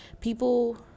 people –